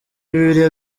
bibiliya